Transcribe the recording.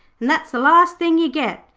and that's the last thing you get.